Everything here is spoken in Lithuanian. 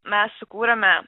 mes sukūrėme